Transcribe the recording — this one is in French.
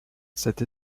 cette